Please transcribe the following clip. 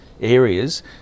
areas